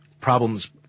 problems